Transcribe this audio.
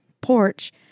porch